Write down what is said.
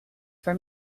for